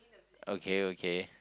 okay okay